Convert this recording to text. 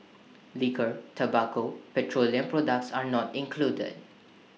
Liquor Tobacco and petroleum products are not included